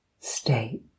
state